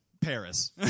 Paris